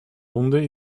hunde